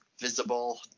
visible